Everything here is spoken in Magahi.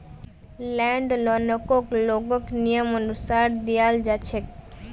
लैंड लोनकको लोगक नियमानुसार दियाल जा छेक